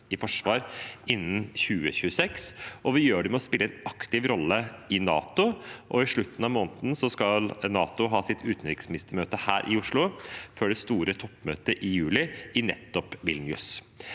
til forsvar innen 2026 – og vi gjør det ved å spille en aktiv rolle i NATO. I slutten av måneden skal NATO ha sitt utenriksministermøte her i Oslo, før det store toppmøtet i juli i nettopp Vilnius.